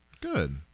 good